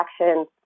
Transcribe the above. action